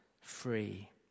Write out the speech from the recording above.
free